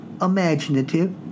imaginative